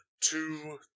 two